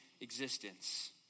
existence